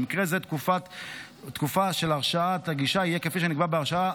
במקרה כזה תוקפה של הרשאת הגישה יהיה כפי שנקבע בהרשאה,